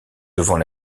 devant